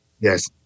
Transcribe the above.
Yes